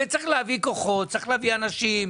הרי צריך להביא כוחות, צריך להביא אנשים.